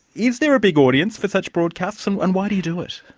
is there a big audience for such broadcasts, and and why do you do it?